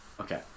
Okay